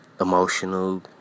Emotional